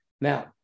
Now